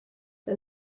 the